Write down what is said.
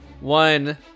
one